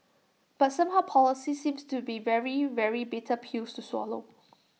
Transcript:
but somehow policies seems to be very very bitter pills to swallow